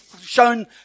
shown